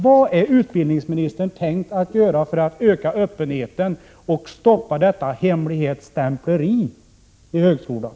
Vad har utbildningsministern tänkt göra för att öka öppenheten och stoppa detta hemligstämpleri i högskolan?